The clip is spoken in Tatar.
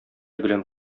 белән